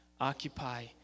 Occupy